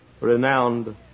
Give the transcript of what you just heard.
renowned